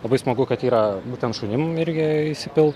labai smagu kad yra būtent šunim irgi įsipilt